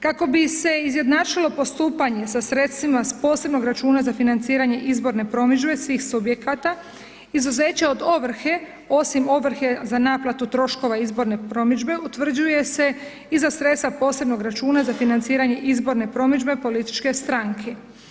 Kako bi se izjednačilo postupanje sa sredstvima s posebnog računa za financiranje izborne promidžbe svih subjekata izuzeće od ovrhe osim ovrhe za naplatu troškova izborne promidžbe utvrđuje se i za sredstva posebnog računa za financiranje izborne promidžbe političke stranke.